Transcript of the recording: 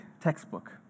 textbook